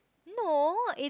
no it